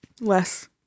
Less